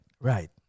Right